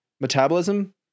metabolism